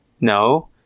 no